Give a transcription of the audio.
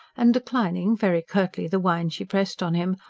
and declining, very curtly, the wine she pressed on him,